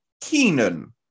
Keenan